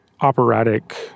operatic